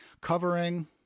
covering